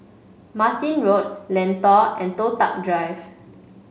Martin Road Lentor and Toh Tuck Drive